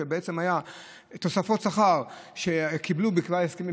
שבעצם היה תוספות שכר שקיבלו בגלל הסכמים,